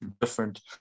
different